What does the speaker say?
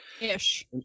ish